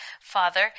Father